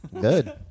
Good